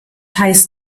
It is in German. heißt